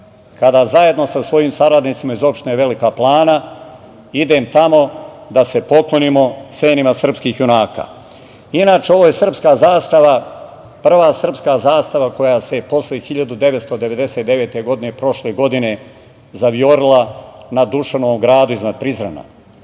kada zajedno sa svojim saradnicima iz opštine Velika Plana, idem tamo da se poklonimo senima srpskih junaka. Inače, ovo je srpska zastava, prva srpska zastava koja se posle 1999. godine prošle godine zavijorila na Dušanovom gradu iznad Prizrena.